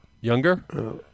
Younger